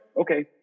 okay